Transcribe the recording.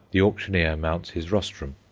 the auctioneer mounts his rostrum.